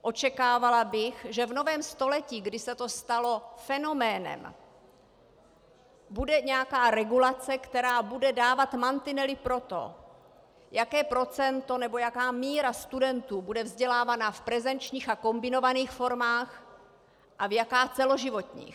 Očekávala bych, že v novém století, kdy se to stalo fenoménem, bude nějaká regulace, která bude dávat mantinely pro to, jaké procento nebo jaká míra studentů bude vzdělávaná v prezenčních a kombinovaných formách a jaká v celoživotních.